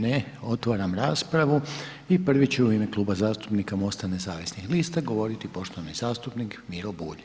Ne, otvaram raspravu i prvi će u ime Kluba zastupnika MOST-a nezavisnih lista govoriti poštovani zastupnik Miro Bulj.